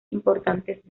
importantes